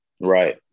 Right